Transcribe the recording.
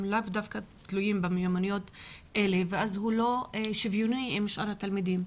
וכך יוצא שהוא לא נמצא במצב שוויוני ביחס לשאר התלמידים.